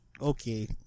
Okay